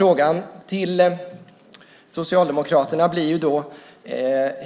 Frågan till Socialdemokraterna blir: